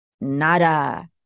nada